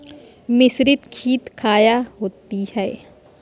मिसरीत खित काया होती है?